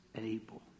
able